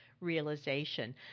realization